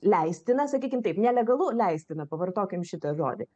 leistina sakykim taip nelegalu leistina pavartokim šitą žodį